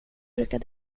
brukar